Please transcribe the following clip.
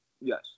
yes